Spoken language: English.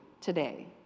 today